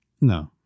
No